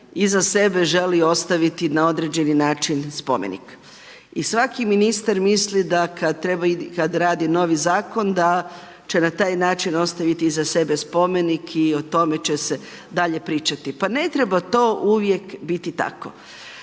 iza sebe želi ostaviti na određeni način spomenik i svaki ministar misli da kad radi novi zakon da će na taj način ostaviti iza sebe spomenik i o tome će se dalje pričati. Pa ne treba to uvijek biti tako.